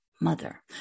mother